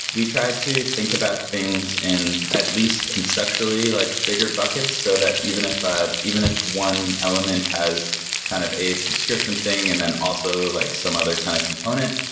we try to think about things in at least conceptually, like bigger buckets, so that even if ah even if one element has kind of a subscription thing and then also like some other kind of component,